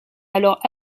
alors